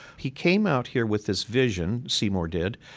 he came out here with this vision, seymour did,